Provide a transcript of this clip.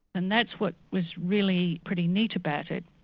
and that's what was really pretty neat about it.